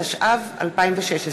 התשע"ו 2016,